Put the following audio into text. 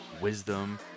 wisdom